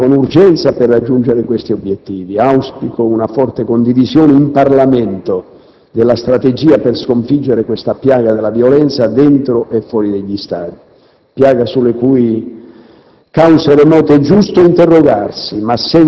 Ascolteremo le misure che il Governo intende adottare, con urgenza, per raggiungere questi obiettivi. Auspico una forte condivisione in Parlamento della strategia per sconfiggere questa piaga della violenza dentro e fuori dagli stadi, piaga sulle cui